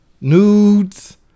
nudes